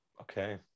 Okay